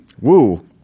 Woo